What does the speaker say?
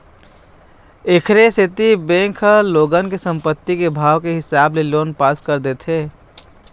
एखरे सेती बेंक ह लोगन के संपत्ति के भाव के हिसाब ले लोन पास कर देथे